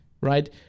Right